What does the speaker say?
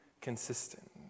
consistent